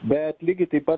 bet lygiai taip pat